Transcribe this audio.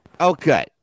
Okay